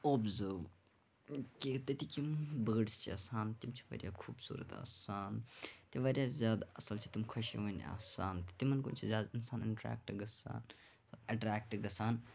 اوٚبزیٚورِو کہِ تتِکۍ یِم بٲڑس چھِ آسان تِم چھِ واریاہ خوٗبصوٗرَت آسان تہٕ واریاہ زیاد اصٕل چھِ تِم خۄشوٕنۍ آسان تہٕ تِمَن کُن چھ زیاد اِنسان اَٹریکٹ گَژھان اَٹریکٹ گَژھان